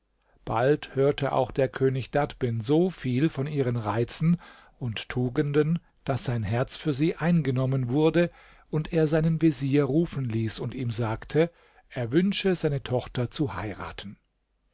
bald hörte auch der könig dadbin so viel von ihren reizen und tugenden daß sein herz für sie eingenommen wurde und er seinen vezier rufen ließ und ihm sagte er wünsche seine tochter zu heiraten